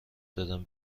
دادن